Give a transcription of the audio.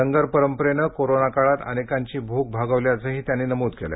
लंगर परंपरेनं कोरोना काळात अनेकांची भूक भागवल्याचंही नमूद केलं